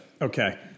okay